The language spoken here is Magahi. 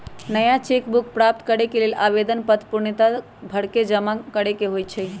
नया चेक बुक प्राप्त करेके लेल आवेदन पत्र पूर्णतया भरके जमा करेके होइ छइ